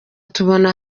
tubona